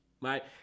Right